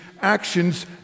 actions